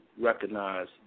recognize